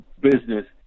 business